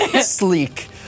Sleek